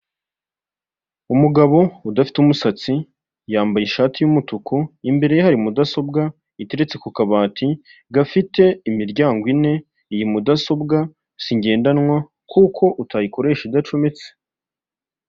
Umugabo udafite umusatsi yambaye ishati yumutuku imbere ye hari mudasobwa iteretse ku kabati gafite imiryango ine, iyi mudasobwa si ngendanwa kuko utayikoresha udacometse.